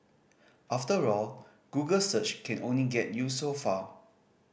after all Google search can only get you so far